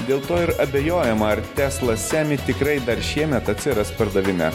dėl to ir abejojama ar tesla semi tikrai dar šiemet atsiras pardavime